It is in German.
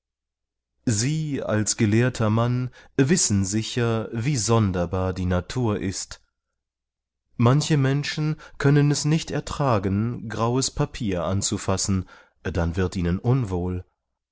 sie als gelehrter mann wissen sicher wie sonderbar die natur ist manche menschen können es nicht ertragen graues papier anzufassen dann wird ihnen unwohl